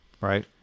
right